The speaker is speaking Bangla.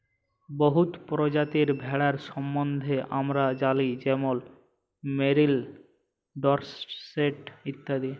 বহুত পরজাতির ভেড়ার সম্বল্ধে আমরা জালি যেমল মেরিল, ডরসেট ইত্যাদি